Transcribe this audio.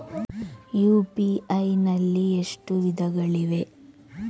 UPI ನಲ್ಲಿ ಎಷ್ಟು ವಿಧಗಳಿವೆ?